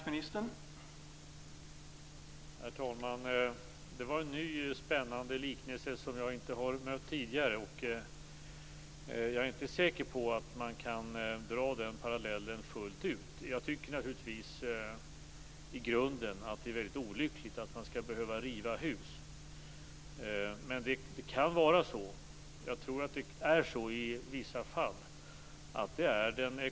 Herr talman! Det var en ny och spännande liknelse, som jag inte har mött tidigare. Jag är inte säker på att man kan dra den parallellen fullt ut. Jag tycker naturligtvis i grunden att det är väldigt olyckligt att man skall behöva riva hus, men det kan vara den ekonomiskt klokaste åtgärden.